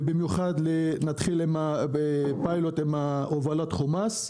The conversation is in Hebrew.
ובמיוחד נתחיל פיילוט עם הובלת חומ"ס.